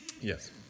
Yes